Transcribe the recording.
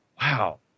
wow